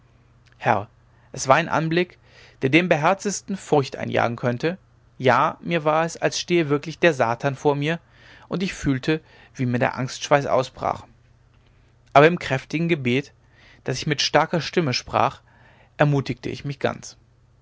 es war ein anblick der dem beherztesten furcht einjagen könnte ja mir war es als stehe wirklich der satan vor mir und ich fühlte wie mir der angstschweiß ausbrach aber im kräftigen gebet das ich mit starker stimme sprach ermutigte ich mich ganz